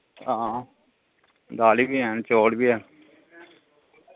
हां दालीं बी हैन चौल बी हैन